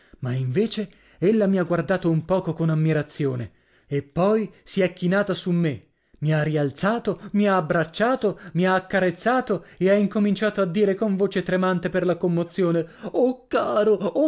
ma invece ella mi ha guardato un poco con ammirazione e poi si è chinata su me mi ha rialzato mi ha abbracciato mi ha accarezzato e ha incominciato a dire con voce tremante per la commozione oh caro